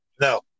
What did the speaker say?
No